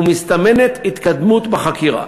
ומסתמנת התקדמות בחקירה.